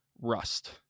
Rust